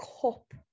cup